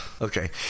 Okay